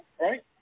right